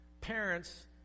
parents